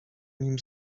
nim